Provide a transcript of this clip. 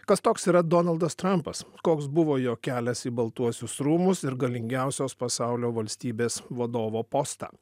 kas toks yra donaldas trampas koks buvo jo kelias į baltuosius rūmus ir galingiausios pasaulio valstybės vadovo postą